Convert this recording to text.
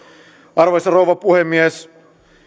arvoisa rouva puhemies